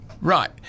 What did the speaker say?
Right